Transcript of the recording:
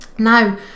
Now